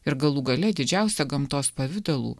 ir galų gale didžiausia gamtos pavidalų